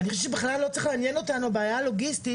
אני חושבת שבכלל לא צריך לעניין אותנו הבעיה הלוגיסטית,